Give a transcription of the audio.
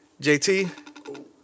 JT